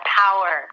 power